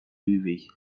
movie